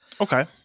Okay